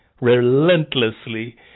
relentlessly